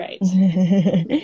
right